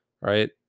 right